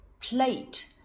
plate